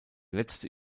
letzte